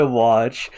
watch